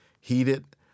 heated